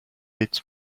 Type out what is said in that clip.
its